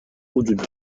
وجود